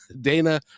Dana